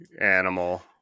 animal